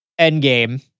Endgame